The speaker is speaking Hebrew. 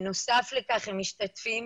בנוסף לכך הם משתתפים